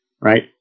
right